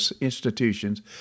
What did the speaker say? institutions